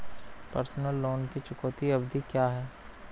Personal loan की चुकौती अवधि क्या है?